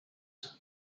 ice